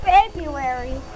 February